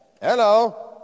hello